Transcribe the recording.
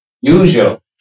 usual